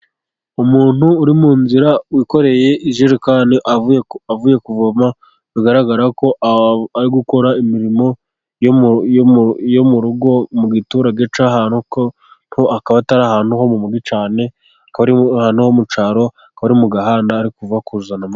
Umuntu uri mu nzira wikoreye ijerekana avuye kuvoma, bigaragara ko ari gukora imirimo yo mu rugo mu giturage cy'ahantu, akaba atari ahantu ho mujyi cyane ahantu ho mu cyaro, akaba ari mu gahanda kuva kuzana amazi.